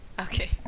Okay